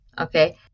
okay